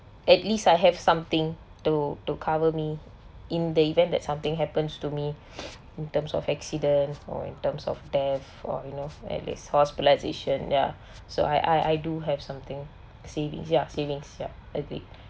at least I have something to to cover me in the event that something happens to me in terms of accident or in terms of death or you know at least hospitalization ya so I I do have something savings ya saving yup agree